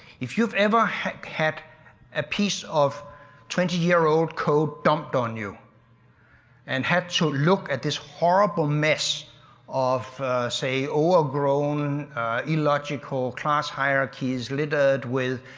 if you've ever had had a piece of twenty year old code dumped on you and had to look at this horrible mess of say, overgrown illogical class hierarchies littered with.